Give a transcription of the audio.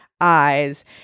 eyes